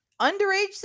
underage